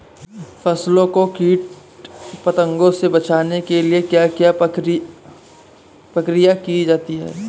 फसलों को कीट पतंगों से बचाने के लिए क्या क्या प्रकिर्या की जाती है?